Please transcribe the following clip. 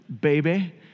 baby